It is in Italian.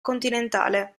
continentale